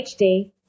HD